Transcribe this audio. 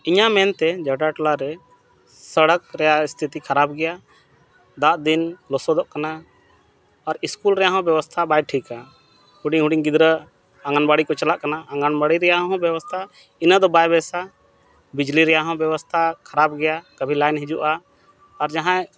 ᱤᱧᱟᱹᱜ ᱢᱮᱱᱛᱮ ᱡᱚᱴᱟ ᱴᱚᱞᱟᱨᱮ ᱥᱚᱲᱚᱠ ᱨᱮᱱᱟᱜ ᱥᱛᱷᱤᱛᱤ ᱠᱷᱟᱨᱟᱯ ᱜᱮᱭᱟ ᱫᱟᱜ ᱫᱤᱱ ᱞᱚᱥᱚᱫᱚᱜ ᱠᱟᱱᱟ ᱟᱨ ᱤᱥᱠᱩᱞ ᱨᱮᱱᱟᱜ ᱵᱮᱵᱚᱥᱛᱷᱟ ᱦᱚᱸ ᱵᱟᱭ ᱴᱷᱤᱠᱟ ᱦᱩᱰᱤᱧ ᱦᱩᱰᱤᱧ ᱜᱤᱫᱽᱨᱟᱹ ᱟᱝᱜᱟᱱᱣᱟᱲᱤ ᱠᱚ ᱪᱟᱞᱟᱜ ᱠᱟᱱᱟ ᱟᱝᱜᱟᱱᱣᱟᱲᱤ ᱨᱮᱱᱟᱜ ᱦᱚᱸ ᱵᱮᱵᱚᱥᱛᱷᱟ ᱤᱱᱟᱹᱜ ᱫᱚ ᱵᱟᱭ ᱵᱮᱥᱟ ᱵᱤᱡᱽᱞᱤ ᱨᱮᱱᱟᱜ ᱦᱚᱸ ᱵᱮᱵᱚᱥᱛᱷᱟ ᱠᱷᱟᱨᱟᱯ ᱜᱮᱭᱟ ᱠᱟᱵᱷᱤ ᱞᱟᱭᱤᱱ ᱦᱤᱡᱩᱜᱼᱟ ᱟᱨ ᱡᱟᱦᱟᱸᱭ